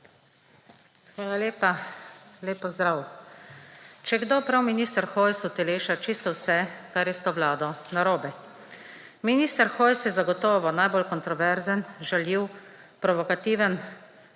Hvala lepa. Lep pozdrav! Če kdo, prav minister Hojs uteleša čisto vse, kar je s to vlado narobe. Minister Hojs je zagotovo najbolj kontroverzen, žaljiv, provokativen,